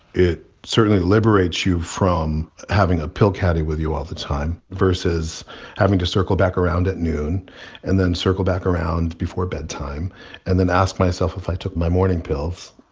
it certainly liberates you from having a pill caddy with you all the time versus having to circle back around at noon and then circle back around before bedtime and then ask myself if i took my morning pills.